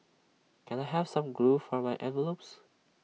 can I have some glue for my envelopes